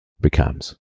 becomes